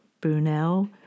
Brunel